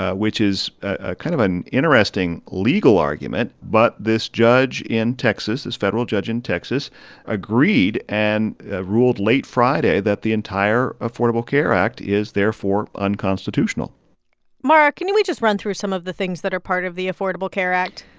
ah which is ah kind of an interesting legal argument. but this judge in texas this federal judge in texas agreed and ruled late friday that the entire affordable care act is therefore unconstitutional mara, can we just run through some of the things that are part of the affordable care act?